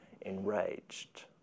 enraged